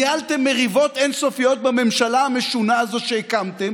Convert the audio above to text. ניהלתם מריבות אין-סופיות בממשלה המשונה הזו שהקמתם.